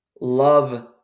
love